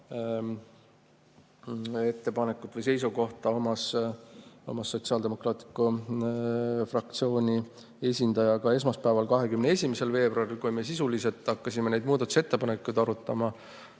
ettepanekut või seisukohta omas sotsiaaldemokraatliku fraktsiooni esindaja ka esmaspäeval, 21. veebruaril, kui me hakkasime neid muudatusettepanekuid